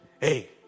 hey